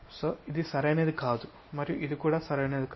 so ఇది సరైనది కాదు మరియు ఇది కూడా సరైనది కాదు